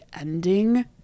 ending